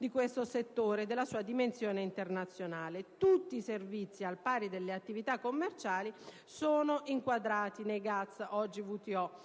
di questo settore e della sua dimensione internazionale. Tutti i servizi, al pari delle attività commerciali, sono inquadrati nel GATS, oggi WTO,